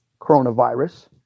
coronavirus